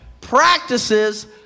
practices